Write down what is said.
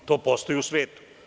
To postoji u svetu.